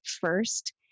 first